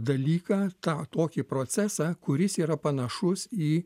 dalyką tą tokį procesą kuris yra panašus į